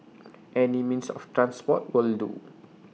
any means of transport will do